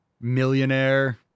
millionaire